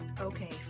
Okay